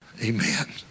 Amen